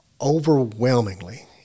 overwhelmingly